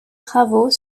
travaux